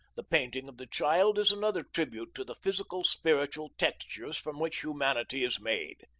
the painting of the child is another tribute to the physical-spiritual textures from which humanity is made.